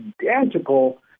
identical